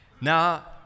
Now